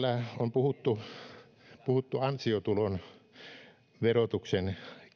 puhuttu ansiotulon verotuksen